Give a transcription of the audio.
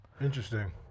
Interesting